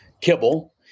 kibble